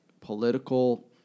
political